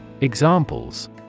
Examples